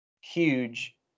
huge